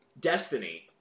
Destiny